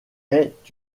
est